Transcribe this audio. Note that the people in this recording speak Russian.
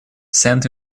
сент